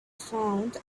found